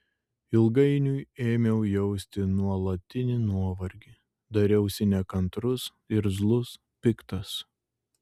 ilgainiui ėmiau jausti nuolatinį nuovargį dariausi nekantrus irzlus piktas